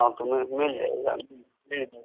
हाँ तो मैं मिल जाएगा जी जी